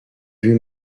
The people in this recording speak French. vue